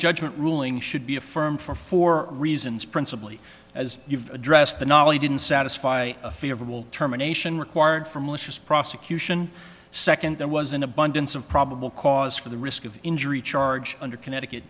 judgment ruling should be affirmed for four reasons principly the you've addressed the not only didn't satisfy a favorable terminations required for malicious prosecution second there was an abundance of probable cause for the risk of injury charge under connecticut